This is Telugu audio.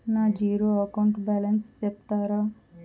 నా జీరో అకౌంట్ బ్యాలెన్స్ సెప్తారా?